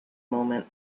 moment